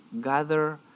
gather